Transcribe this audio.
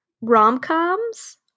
rom-coms